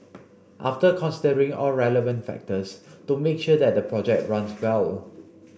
after considering all relevant factors to make sure that the project runs well